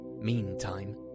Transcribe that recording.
Meantime